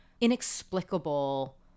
inexplicable